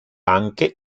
anche